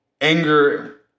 Anger